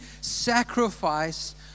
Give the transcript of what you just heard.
sacrifice